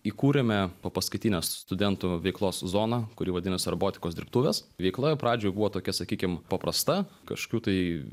įkūrėme po paskutinio studentų veiklos zoną kuri vadinosi robotikos dirbtuvės veikla pradžioj buvo tokia sakykim paprasta kažkokių tai